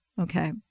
okay